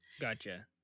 Gotcha